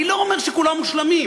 אני לא אומר שכולם מושלמים,